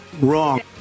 Wrong